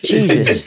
Jesus